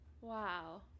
wow